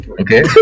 Okay